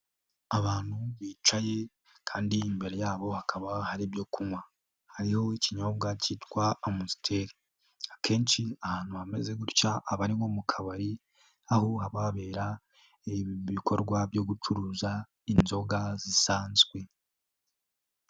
Abantu bicaye kandi imbere yabo hakaba hari ibyo kunywa. Hariho ikinyobwa cyitwa Amusiteri. Akenshi ahantu hameze gutya aba ari nko mu kabari, aho haba habera bikorwa byo gucuruza inzoga zisanzwe.